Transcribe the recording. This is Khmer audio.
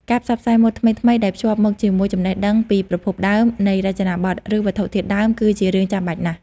ការផ្សព្វផ្សាយម៉ូដថ្មីៗដែលភ្ជាប់មកជាមួយចំណេះដឹងពីប្រភពដើម នៃរចនាបទ ឬវត្ថុធាតុដើម គឺជារឿងចាំបាច់ណាស់។